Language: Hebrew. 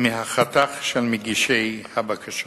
מהחתך של מגישי הבקשות.